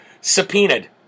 subpoenaed